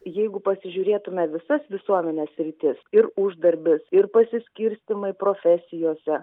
jeigu pasižiūrėtumėme visas visuomenės sritis ir uždarbis ir pasiskirstymai profesijose